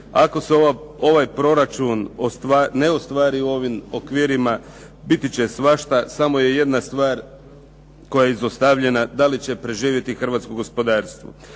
Ako se ovaj proračun ne ostvari u ovim okvirima biti će svašta. Samo je jedna stvar koja je izostavljena, da li će preživjeti hrvatsko gospodarstvo.